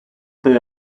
they